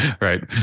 Right